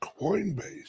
Coinbase